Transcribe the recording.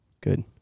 Good